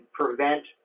prevent